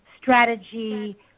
strategy